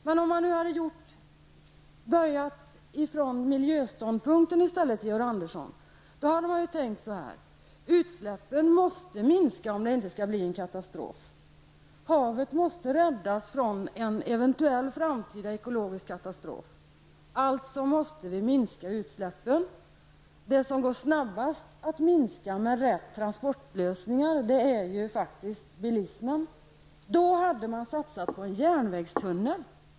Men om man hade börjat från en miljöståndpunkt i stället hade man tänkt så här: Utsläppen måste minska om det inte skall bli en katastrof. Havet måste räddas från en eventuell framtida ekologisk katastrof, alltså måste vi minska utsläppen. Det som går snabbast att minska med rätt transportlösning är faktiskt bilismen. Då hade man satsat på en järnvägstunnel.